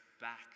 back